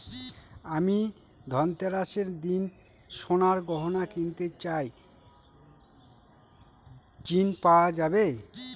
আমি ধনতেরাসের দিন সোনার গয়না কিনতে চাই ঝণ পাওয়া যাবে?